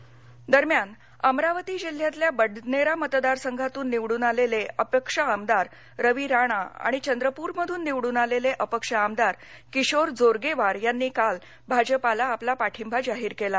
पाठींवा दरम्यान अमरावती जिल्ह्यातल्या बडनेरा मतदार संघातून निवडून आलेले अपक्ष आमदार रवी राणा आणि चंद्रपूरमधून निवडून आलेले अपक्ष आमदार किशोर जोरगेवार यांनी काल भाजपाला आपला पाठींबा जाहीर केला